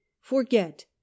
forget